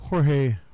Jorge